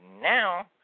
now